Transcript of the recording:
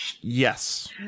Yes